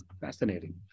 Fascinating